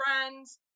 friends